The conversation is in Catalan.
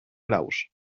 graus